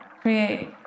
create